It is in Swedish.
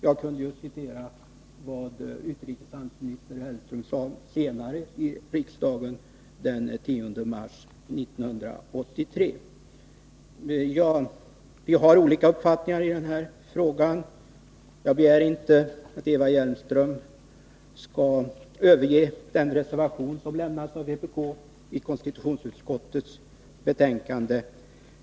Jag kunde också ha citerat vad utrikeshandelsminister Hellström sade senare i riksdagen den 10 mars 1983. Vi har olika uppfattningar i den här frågan. Jag begär inte att Eva Hjelmström skall överge den reservation som lämnats av vpk till konstitutionsutskottets betänkande.